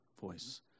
voice